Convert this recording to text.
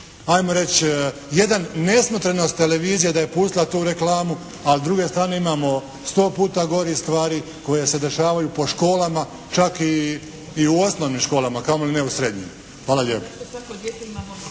ajmo reći jedan nesmotrenost televizije da je pustila tu reklamu, ali s druge strane imamo sto puta gorih stvari koje se dešavaju po školama, čak i u osnovnim školama a kamoli ne u srednjim. Hvala lijepo.